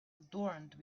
adorned